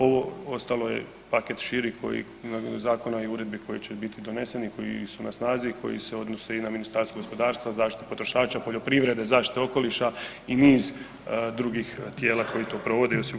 Ovo ostalo je paket širih zakona i uredbi koji će biti doneseni i koji su na snazi i koji se odnose i na Ministarstvo gospodarstva, zaštitu potrošača, poljoprivrede, zaštite okoliša i niz drugih tijela koji ti provode i osiguravaju.